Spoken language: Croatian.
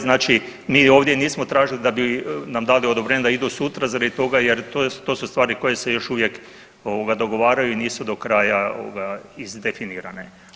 Znači mi ovdje nismo tražili da bi nam dali odobrenje da idu sutra za radi toga jer to su stvari koje se još uvijek ovoga dogovaraju i nisu do kraja ovoga izdefinirane.